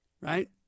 right